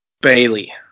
Bailey